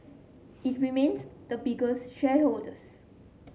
it remains the biggest shareholders